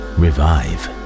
revive